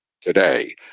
today